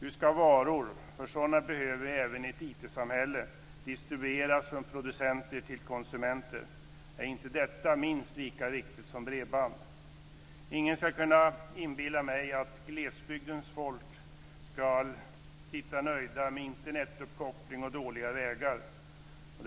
Hur ska varor - för sådana behöver vi även i ett IT-samhälle - distribueras från producenter till konsumenter? Ingen ska kunna inbilla mig att glesbygdens folk ska vara nöjt med Internetuppkoppling och dåliga vägar.